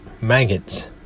maggots